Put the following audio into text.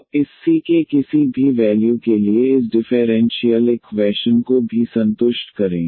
तो इस सी के किसी भी वैल्यू के लिए इस डिफेरेंशीयल इक्वैशन को भी संतुष्ट करें